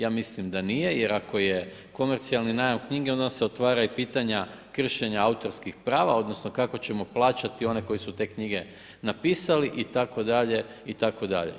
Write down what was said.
Ja mislim da nije jer ako je komercijalni najam knjige onda se otvara i pitanje kršenja autorskih prava odnosno kako ćemo plaćati one koji su te knjige napisali itd., itd.